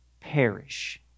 perish